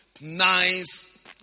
nice